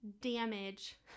damage